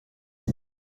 tea